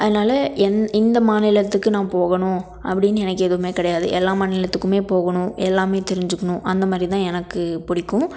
அதனால் எந் இந்த மாநிலத்துக்கு நான் போகணும் அப்படின்னு எனக்கு எதுவுமே கிடையாது எல்லா மாநிலத்துக்குமே போகணும் எல்லாமே தெரிஞ்சுக்கணும் அந்த மாதிரி தான் எனக்கு பிடிக்கும்